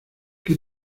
qué